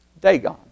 Dagon